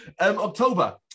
October